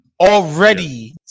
already